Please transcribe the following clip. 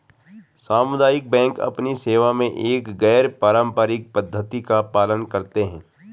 सामुदायिक बैंक अपनी सेवा में एक गैर पारंपरिक पद्धति का पालन करते हैं